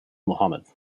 muhammad